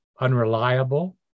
unreliable